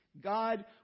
God